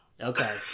Okay